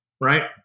right